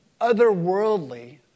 otherworldly